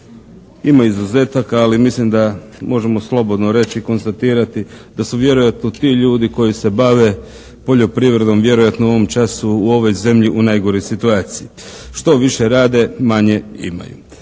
Ima izuzetaka, ali mislim da možemo slobodno reći i konstatirati da su vjerojatno ti ljudi koji se bave poljoprivredom vjerojatno u ovom času, u ovoj zemlji u najgoroj situaciji. Što više rade manje imaju.